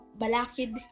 balakid